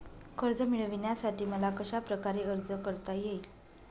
कर्ज मिळविण्यासाठी मला कशाप्रकारे अर्ज करता येईल?